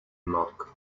malcolm